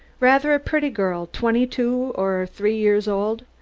rather a pretty girl, twenty-two or three years old?